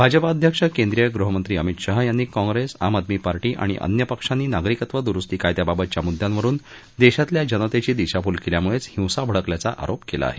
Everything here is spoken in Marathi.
भाजपा अध्यक्ष केंद्रीय गृहमंत्री अमित शहा यांनी काँग्रेस आम आदमी पार्शी आणि अन्य पक्षांनी नागरिकत्व दुरुस्ती कायद्याबाबतच्या मुद्यांवरुन देशातल्या जनतेची दिशाभूल केल्यामुळेच हिंसा भडकल्याचा आरोप केला आहे